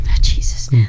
Jesus